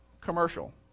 commercial